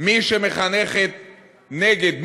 מי שמחנכת נגד,